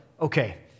okay